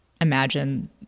imagine